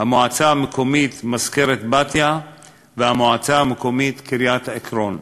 המועצה המקומית מזכרת-בתיה והמועצה המקומית קריית-עקרון.